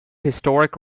historic